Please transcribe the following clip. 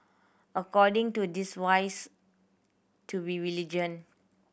according to this wise to be vigilant